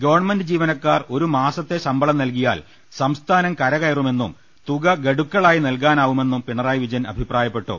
government ജീവന ക്കാർ ഒരു മാസത്തെ ശമ്പളം നൽകിയാൽ സംസ്ഥാനം കരകയറ്റുമെന്നും തുക ഗഡുക്കളായി നൽകാനാവുമെന്നും പിണറായി വിജയൻ അഭിപ്രാ യപ്പെട്ടു